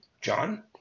John